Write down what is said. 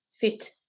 fit